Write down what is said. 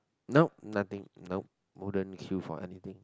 nope nothing nope wouldn't queue for anything